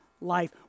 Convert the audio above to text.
life